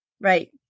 right